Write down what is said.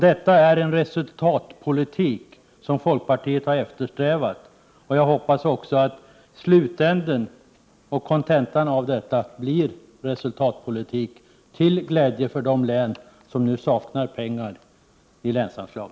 Detta är en resultatpolitik som folkpartiet har eftersträvat, och jag hoppas också att kontentan blir resultatpolitik till glädje för de län som nu saknar pengar i länsanslag.